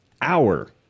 hour